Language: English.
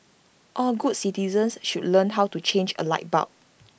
all good citizens should learn how to change A light bulb